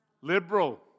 Liberal